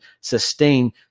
sustain